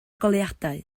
goleuadau